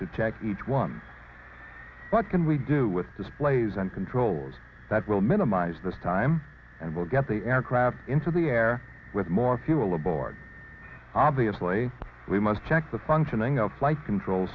to check each one what can we do with displays and controls that will minimize this time and will get the aircraft into the air with more fuel aboard obviously we must check the functioning of flight control